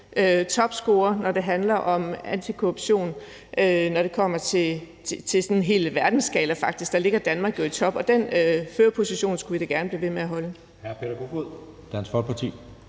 topscorer, når det handler om antikorruption. Når man ser det sådan helt på en verdensskala, faktisk, ligger Danmark jo i top. Den førerposition skulle vi da gerne blive ved med at have.